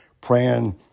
praying